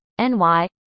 NY